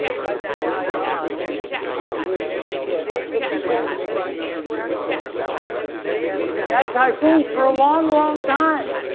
ah typhoon haiyan which hit the philippines incredibly hard and we've had typhoons for a long, long time